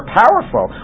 powerful